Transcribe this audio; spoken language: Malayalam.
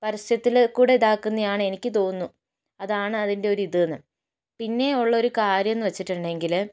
പരസ്യത്തിൽ കൂടി ഇതാക്കുന്നതാണെനിക്ക് തോന്നുന്നു അതാണതിൻ്റെ ഒരു ഇതെന്ന് പിന്നെ ഉള്ളൊരു കാര്യം എന്ന് വെച്ചിട്ടുണ്ടെങ്കിൽ